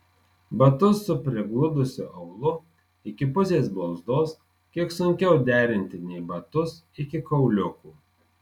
batus su prigludusiu aulu iki pusės blauzdos kiek sunkiau derinti nei batus iki kauliukų